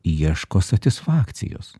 ieško satisfakcijos